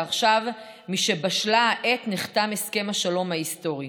עכשיו, משבשלה העת, נחתם הסכם השלום ההיסטורי.